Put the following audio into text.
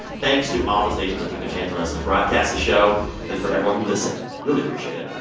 thanks to all the stations that took a chance on us and broadcast the show and for everyone who listened, really appreciate it.